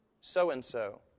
so-and-so